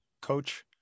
coach –